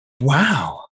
Wow